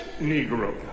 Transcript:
Negro